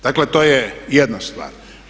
Dakle to je jedna stvar.